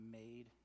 made